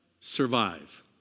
survive